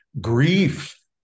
grief